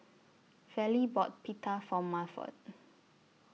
Vallie bought Pita For Milford